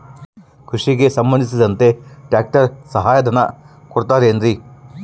ಕೃಷಿಗೆ ಸಂಬಂಧಿಸಿದಂತೆ ಟ್ರ್ಯಾಕ್ಟರ್ ಸಹಾಯಧನ ಕೊಡುತ್ತಾರೆ ಏನ್ರಿ?